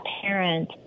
parent